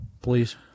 Please